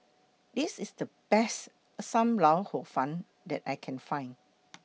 This IS The Best SAM Lau Hor Fun that I Can Find